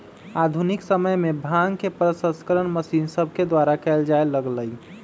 आधुनिक समय में भांग के प्रसंस्करण मशीन सभके द्वारा कएल जाय लगलइ